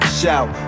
shout